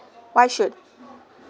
why should